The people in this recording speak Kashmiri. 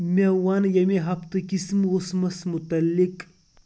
مےٚ وَن ییٚمِہ ہفتہٕ کِس موسمس مُتعلق